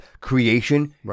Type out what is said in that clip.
creation